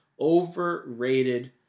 Overrated